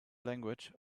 language